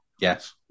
Yes